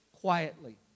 quietly